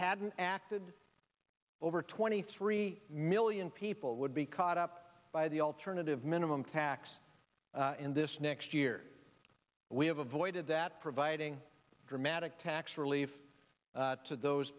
hadn't acted over twenty three million people would be caught up by the alternative minimum tax in this next year we have avoided that providing dramatic tax relief to those